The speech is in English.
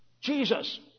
Jesus